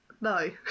no